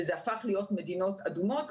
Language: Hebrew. וזה הפך להיות מדינות אדומות,